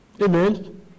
Amen